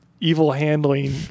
evil-handling